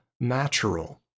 natural